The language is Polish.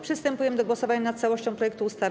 Przystępujemy do głosowania nad całością projektu ustawy.